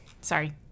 Sorry